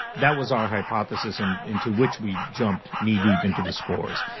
that was our hypothesis and into which we jumped knee deep into the spores.